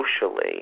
socially